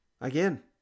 again